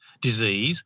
disease